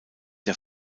der